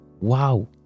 Wow